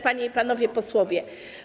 Panie i Panowie Posłowie!